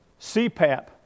CPAP